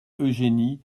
eugénie